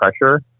pressure